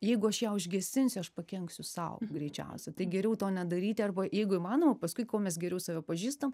jeigu aš ją užgesinsiu aš pakenksiu sau greičiausia tai geriau to nedaryti arba jeigu įmanoma paskui kuo mes geriau save pažįstam